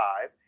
five